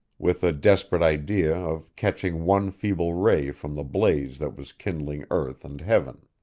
with the desperate idea of catching one feeble ray from the blaze that was kindling earth and heaven.